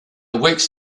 weeks